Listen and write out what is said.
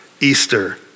Easter